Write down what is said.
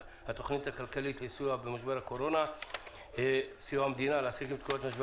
התכנית הכלכלית לסיוע של המדינה לעסקים במשבר